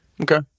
Okay